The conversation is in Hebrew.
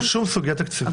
אין פה שום סוגיה תקציבית.